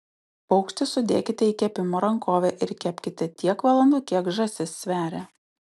paukštį sudėkite į kepimo rankovę ir kepkite tiek valandų kiek žąsis sveria